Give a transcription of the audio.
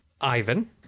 Ivan